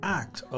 act